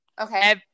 Okay